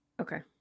Okay